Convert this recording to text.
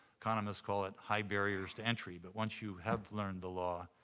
economists call it high barriers to entry. but once you have learned the law,